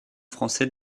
français